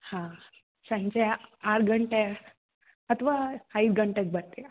ಹಾಂ ಸಂಜೆ ಆರು ಗಂಟೆ ಅಥವಾ ಐದು ಗಂಟೆಗೆ ಬರ್ತೀಯಾ